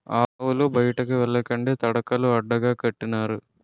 ఆవులు బయటికి ఎల్లకండా తడకలు అడ్డగా కట్టినారు